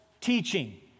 teaching